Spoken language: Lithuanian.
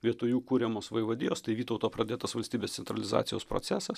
vietoj jų kuriamos vaivadijos tai vytauto pradėtas valstybės centralizacijos procesas